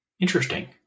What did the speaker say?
Interesting